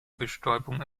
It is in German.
bestäubung